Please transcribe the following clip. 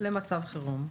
למצב חירום,